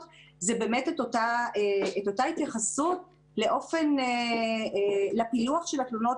זה באמת את אותה התייחסות לפילוח של התלונות.